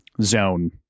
zone